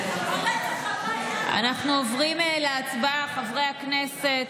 אנחנו עוברים להצבעה, חברי הכנסת.